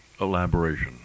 elaboration